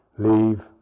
Leave